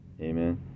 Amen